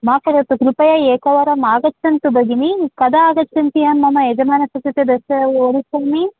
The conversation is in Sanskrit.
मा करोतु कृपया एकवारम् आगच्छन्तु भगिनि कदा आगच्छन्ति अहं मम यजमानस्य कृते दश वदिष्यामि